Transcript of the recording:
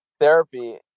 therapy